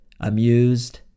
amused